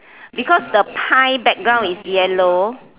because the pie background is yellow